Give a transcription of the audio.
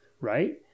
Right